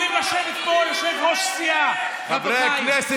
איך יכולים לשבת פה יושבי-ראש סיעה, למה אישרתם,